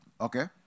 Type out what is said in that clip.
Okay